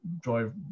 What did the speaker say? drive